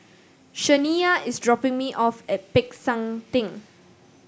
Shaniya is dropping me off at Peck San Theng